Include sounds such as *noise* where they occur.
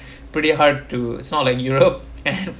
*breath* pretty hard to it's not like europe *laughs* and